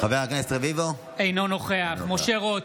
אינו נוכח משה רוט,